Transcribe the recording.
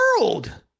world